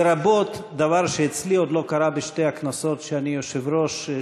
לרבות דבר שאצלי עוד לא קרה בשתי הכנסות שאני היושב-ראש,